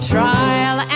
Trial